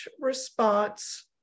response